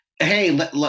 hey